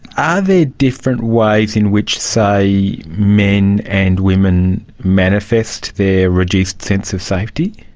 are they different ways in which, say, men and women manifest their reduced sense of safety?